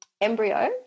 embryo